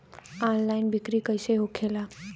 Online बिक्री कैसे होखेला?